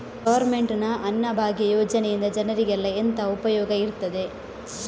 Government ನ ಅನ್ನಭಾಗ್ಯ ಯೋಜನೆಯಿಂದ ಜನರಿಗೆಲ್ಲ ಎಂತ ಉಪಯೋಗ ಇರ್ತದೆ?